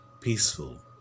peaceful